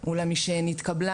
אולם משנתקבלה